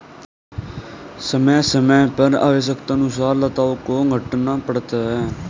समय समय पर आवश्यकतानुसार लताओं को छांटना पड़ता है